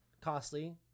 costly